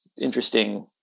interesting